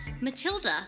Matilda